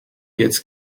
gets